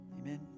Amen